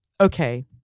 Okay